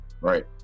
Right